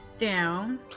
down